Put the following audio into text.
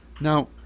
Now